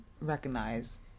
recognize